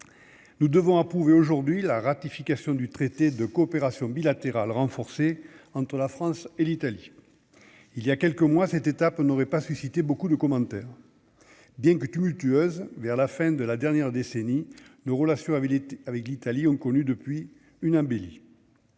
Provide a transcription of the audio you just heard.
nous devons approuver aujourd'hui la ratification du traité de coopération bilatérale renforcée entre la France et l'Italie, il y a quelques mois, cette étape, on n'aurait pas suscité beaucoup de commentaires, bien que tumultueuse, vers la fin de la dernière décennie, nos relations avec les avec l'Italie, ont connu depuis une embellie,